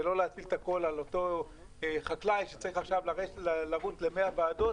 ולא להפיל את הכל על אותו חקלאי שצריך עכשיו לרוץ ל-100 ועדות